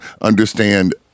understand